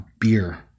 beer